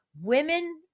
Women